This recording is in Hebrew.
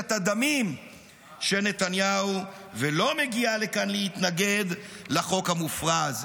קואליציית הדמים של נתניהו ולא מגיעה לכאן להתנגד לחוק המופרע הזה.